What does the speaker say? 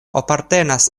apartenas